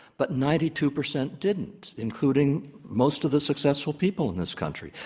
but ninety two percent didn't, including most of the successful people in this country.